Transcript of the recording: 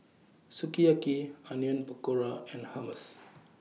Sukiyaki Onion Pakora and Hummus